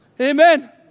Amen